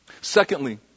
Secondly